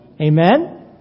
Amen